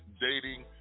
Dating